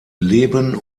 leben